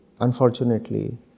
unfortunately